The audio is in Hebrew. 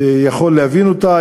יכול להבין אותה,